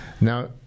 Now